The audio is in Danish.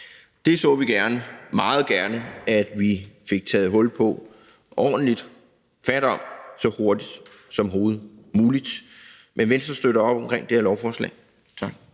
Det så vi meget gerne at vi fik taget ordentlig fat på så hurtigt som overhovedet muligt. Men Venstre støtter op om det her lovforslag. Tak.